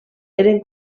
eren